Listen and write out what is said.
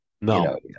No